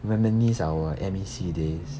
reminisce our M_E_C days